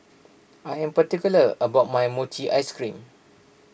I am particular about my Mochi Ice Cream